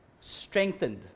strengthened